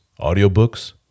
audiobooks